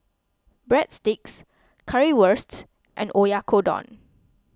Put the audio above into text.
Breadsticks Currywurst and Oyakodon